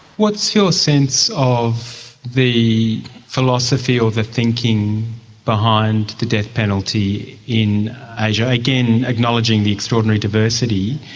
what's your sense of the philosophy or the thinking behind the death penalty in asia? again, acknowledging the extraordinary diversity.